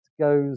goes